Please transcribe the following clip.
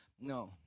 No